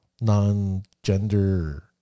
non-gender